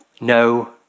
No